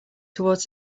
towards